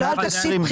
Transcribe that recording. לא על תקציב בחירות.